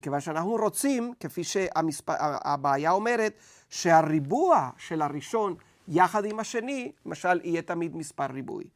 כיוון שאנחנו רוצים, כפי שהמספר, הבעיה אומרת שהריבוע של הראשון יחד עם השני, למשל, יהיה תמיד מספר ריבועי.